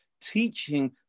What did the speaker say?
teaching